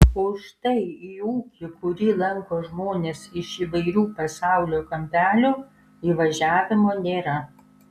o štai į ūkį kurį lanko žmonės iš įvairių pasaulio kampelių įvažiavimo nėra